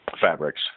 fabrics